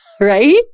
Right